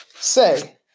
Say